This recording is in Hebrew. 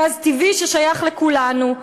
גז טבעי ששייך לכולנו,